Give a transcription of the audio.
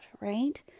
right